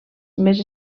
més